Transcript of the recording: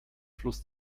fluss